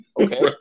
Okay